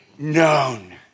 Known